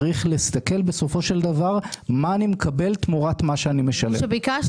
צריך להסתכל בסופו של דבר על מה שאני מקבל תמורת מה שאני משלם.